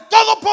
Todo